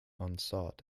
unsought